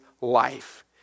life